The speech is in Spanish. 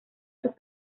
sus